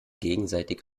gegenseitig